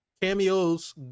cameos